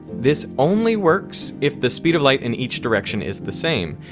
this only works if the speed of light in each direction is the same.